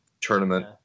tournament